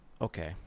Okay